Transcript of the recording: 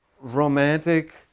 romantic